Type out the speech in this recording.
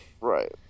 right